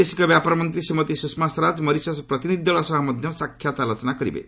ବୈଦେଶିକ ବ୍ୟାପାର ମନ୍ତ୍ରୀ ଶ୍ରୀମତୀ ସୁଷମା ସ୍ୱରାଜ ମରିସସ୍ ପ୍ରତିନିଧି ଦଳ ସହ ମଧ୍ୟ ସାକ୍ଷାତ ଆଲୋଚନା କରିବେ